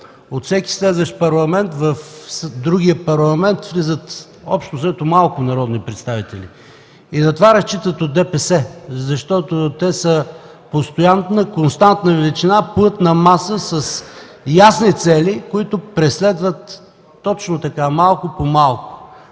От всеки следващ парламент в другия парламент влизат общо взето малко народни представители. На това разчитат от ДПС, защото те са постоянна, константна величина, плътна маса с ясни цели, които преследват точно така – малко по малко.